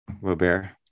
Robert